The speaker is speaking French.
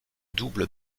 double